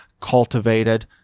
cultivated